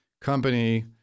company